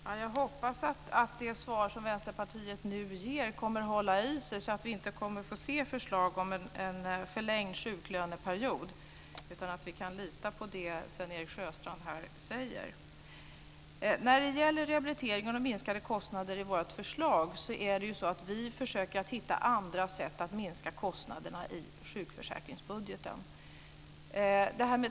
Fru talman! Jag hoppas att det svar som Vänsterpartiet nu ger kommer att hålla i sig så att vi inte kommer att få se förslag om en förlängd sjuklöneperiod, utan att vi kan lita på det Sven-Erik Sjöstrand här säger. När det gäller rehabilitering och de minskade kostnaderna i vårt förslag är det så att vi försöker hitta andra sätt att minska kostnaderna i sjukförsäkringsbudgeten.